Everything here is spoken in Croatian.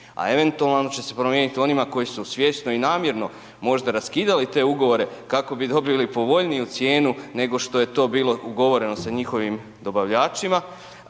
a eventualno će se promijeniti onima koji su svjesno i namjerno možda raskidali te ugovore kako bi dobili povoljniju cijenu, nego što je to bilo ugovoreno s njihovim dobavljačima,